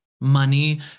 Money